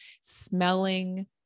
smelling